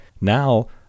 now